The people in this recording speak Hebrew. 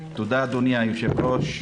תודה, אדוני היושב-ראש.